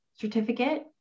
certificate